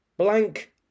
blank